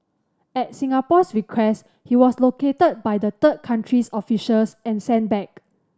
at Singapore's request he was located by the third country's officials and sent back